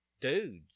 dudes